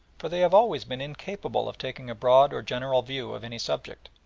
for they have always been incapable of taking a broad or general view of any subject.